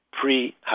pre